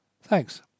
Thanks